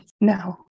No